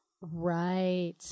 Right